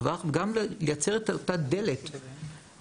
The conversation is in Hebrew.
טווח והן גם מייצרות את אותה דלת כניסה,